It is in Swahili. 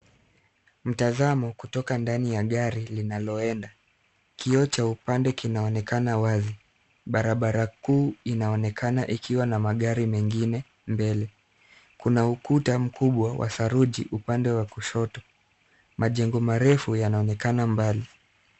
Mtazamo kutoka ndani ya gari linaloenda. Kioo cha upande kinaonekana wazi. Barabara kuu inaonekana ikiwa na magari mengine mbele. Kuna ukuta mkubwa wa saruji upande wa kushoto. Majengo marefu yanaonekana mbali.